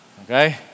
Okay